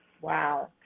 Wow